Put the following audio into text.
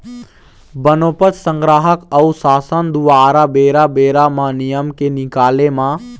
बनोपज संग्राहक अऊ सासन दुवारा बेरा बेरा म नियम के निकाले म